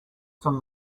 from